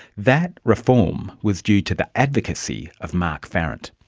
that reform was due to the advocacy of mark farrant.